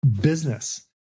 business